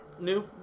new